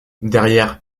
derrière